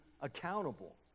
accountable